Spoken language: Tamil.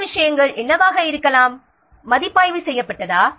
என்ன விஷயங்கள் என்னவாக இருக்கலாம் மதிப்பாய்வு செய்யப்பட்டதா